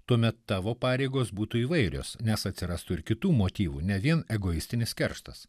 tuomet tavo pareigos būtų įvairios nes atsirastų ir kitų motyvų ne vien egoistinis kerštas